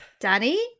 Danny